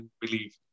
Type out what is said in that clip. believe